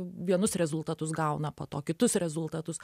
vienus rezultatus gauna po to kitus rezultatus